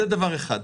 זה דבר אחד.